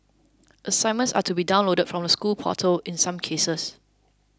assignments are to be downloaded from the school portal in some cases